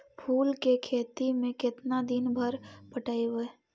फूल के खेती में केतना दिन पर पटइबै?